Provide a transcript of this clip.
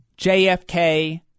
JFK